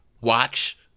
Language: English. Watch